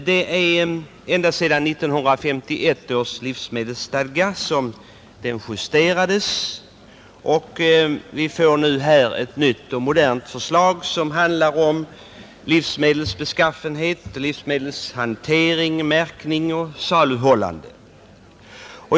Sedan 1951 har någon justering av livsmedelsstadgan inte gjorts, men vi har nu fått ett nytt och modernt förslag som handlar om livsmedels beskaffenhet och livsmedels hantering, märkning och saluhållande.